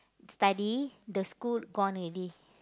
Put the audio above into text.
study the school gone already